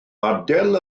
adael